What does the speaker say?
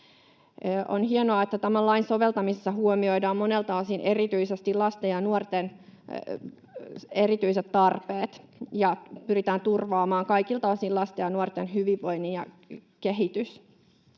On hienoa, että tämän lain soveltamisessa huomioidaan monelta osin erityisesti lasten ja nuorten erityiset tarpeet ja pyritään turvaamaan kaikilta osin lasten ja nuorten hyvinvointi ja kehitys.